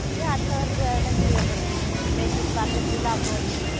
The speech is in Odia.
ଇଏ ଆଠ ହଜାର ଦଏ କରୁ ସେଇ ଦୋକାନରେ ତ ଲାଭ ଅଛି